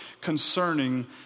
concerning